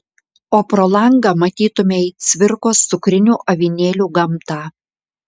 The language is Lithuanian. o pro langą matytumei cvirkos cukrinių avinėlių gamtą